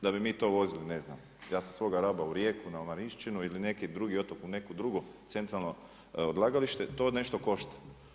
Da bi mi to vozili ne znam, ja sa svoga Raba u Rijeku, na Marinšćinu, ili neki drugi otok u neko drugo centralno odlagalište, to nešto košta.